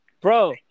Bro